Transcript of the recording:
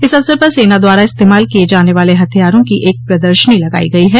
इस अवसर पर सेना द्वारा इस्तेमाल किये जाने वाले हथियारों की एक प्रदर्शनी लगाई गई है